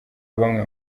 bamwe